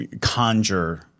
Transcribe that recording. conjure